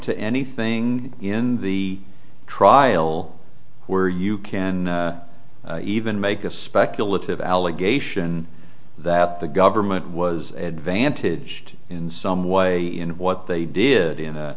to anything in the trial where you can even make a speculative allegation that the government was advantage in some way in what they did in a